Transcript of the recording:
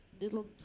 little